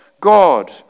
God